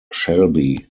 shelby